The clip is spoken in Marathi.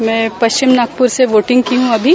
मै पश्चिम नागप्र से वोटींग की ह अभी